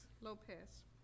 LOPEZ